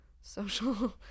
social